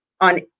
on